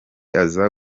aza